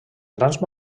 grans